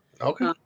Okay